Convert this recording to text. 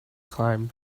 climb